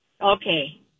Okay